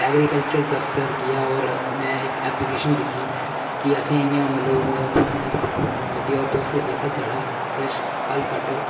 agriculture दफ्तर गेआ होर मैं इक ऐप्लीकेशन दित्ती कि असें इ'यां मतलब थोह्ड़ी मती प्राब्लम आवा'रदी होर तुस एह्दा साढ़ा किश हल कड्ढो